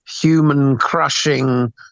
human-crushing